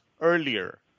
earlier